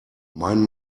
mein